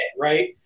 right